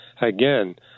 again